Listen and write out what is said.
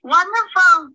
Wonderful